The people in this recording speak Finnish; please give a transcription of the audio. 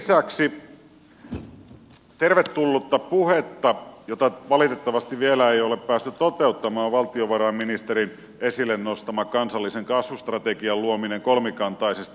sen lisäksi tervetullutta puhetta jota valitettavasti vielä ei ole päästy toteuttamaan on valtiovarainministerin esille nostama kansallisen kasvustrategian luominen kolmikantaisesti